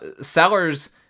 sellers